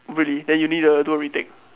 really then you need to do a retake